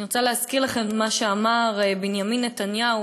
אני רוצה להזכיר לכם מה שאמר בנימין נתניהו,